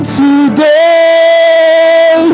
today